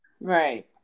Right